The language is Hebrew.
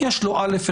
יש לו א/1,